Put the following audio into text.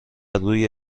روی